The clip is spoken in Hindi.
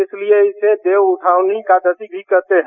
इसलिए इसे देवउठावनी एकादशी भी कहते हैं